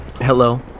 Hello